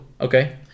Okay